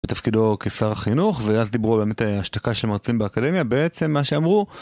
בתפקידו כשר החינוך, ואז דיברו באמת על השתקה של מרצים באקדמיה, בעצם מה שאמרו